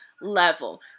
level